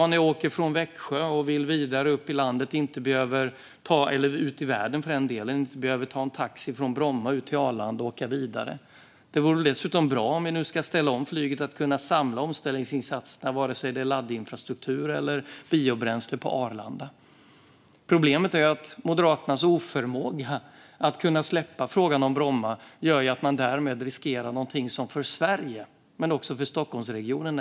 När jag åker från Växjö och vill vidare upp i landet, eller för den delen ut i världen, behöver jag inte ta en taxi från Bromma ut till Arlanda för att åka vidare. Det vore dessutom bra om vi nu ska ställa om flyget att kunna samla omställningsinsatserna på Arlanda, oavsett om det är laddinfrastruktur eller biobränsle. Problemet är Moderaternas oförmåga att släppa frågan om Bromma. Det gör att man därmed riskerar någonting som är viktigt för Sverige men också för Stockholmsregionen.